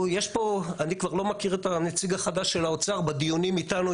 אני כבר לא מכיר את הנציג החדש של האוצר דיונים איתנו,